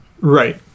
Right